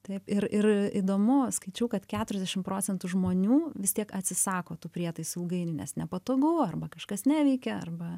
taip ir ir įdomu skaičiau kad keturiasdešim procentų žmonių vis tiek atsisako tų prietaisų ilgainiui nes nepatogu arba kažkas neveikia arba